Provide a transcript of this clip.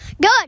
Good